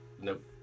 Nope